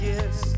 Yes